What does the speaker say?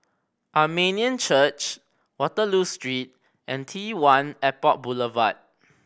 Armenian Church Waterloo Street and T Airport Boulevard